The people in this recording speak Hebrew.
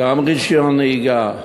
גם רישיון נהיגה,